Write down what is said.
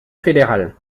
fédérale